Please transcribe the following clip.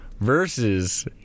versus